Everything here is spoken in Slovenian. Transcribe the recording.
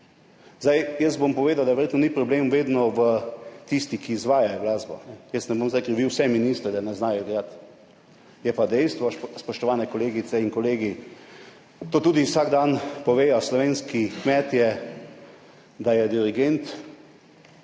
Zdaj jaz bom povedal, da verjetno ni problem vedno v tisti, ki izvajajo glasbo. Jaz ne bom zdaj krivil vse ministre, da ne znajo igrati. Je pa dejstvo, spoštovane kolegice in kolegi, to tudi vsak dan povedo slovenski kmetje, da je dirigent